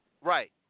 Right